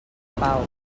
pau